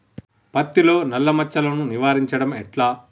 పత్తిలో నల్లా మచ్చలను నివారించడం ఎట్లా?